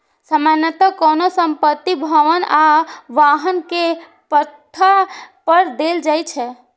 सामान्यतः कोनो संपत्ति, भवन आ वाहन कें पट्टा पर देल जाइ छै